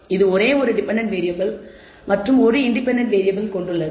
இது ஒரே ஒரு டெபென்டென்ட் வேறியபிள் மற்றும் ஒரு இன்டெபென்டென்ட் வேறியபிள் கொண்டுள்ளது